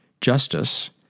justice